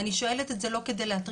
ואני שואלת את זה לא כדי להתריס,